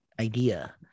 idea